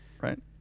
right